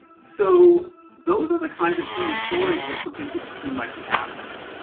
so those are the kind of human stories where something interesting might be happening.